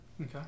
Okay